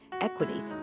equity